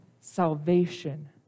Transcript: salvation